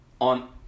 on